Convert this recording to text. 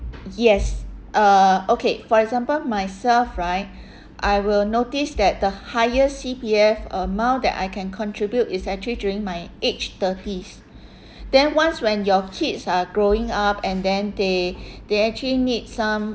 yes uh okay for example myself right I will notice that the highest C_P_F amount that I can contribute is actually during my age thirties then once when your kids are growing up and then they they actually need some